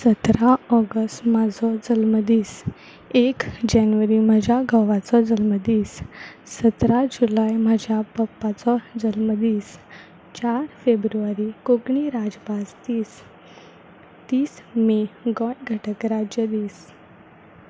सतरा ऑगस्ट म्हजो जल्मदीस एक जानेवारी म्हज्या घोवाचो जल्मदीस सतरा जुलय म्हज्या पप्पाचो जल्मदीस चार फेब्रुवारी कोंकणी राजभास दीस तीस मे गोंय घटक राज्य दीस